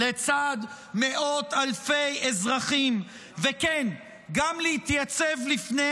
שלא נמצאות אפילו בסרטים של ג'יימס בונד,